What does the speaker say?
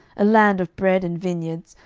a land of bread and vineyards,